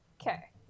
Okay